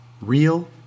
Real